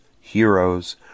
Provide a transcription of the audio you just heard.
heroes